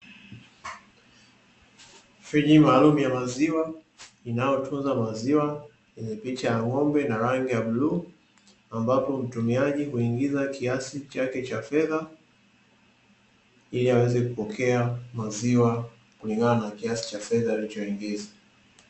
Friji maalumu ya maziwa inayotunza maziwa, yenye picha ya ng'ombe na rangi ya bluu, ambapo mtumiaji huingiza kiasi chake cha fedha, ili aweze kupokea maziwa kulingana na kiasi cha fedha alichoingiza.